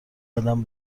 قدم